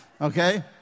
Okay